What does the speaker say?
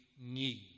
need